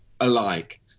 alike